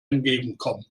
entgegenkommen